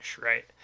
right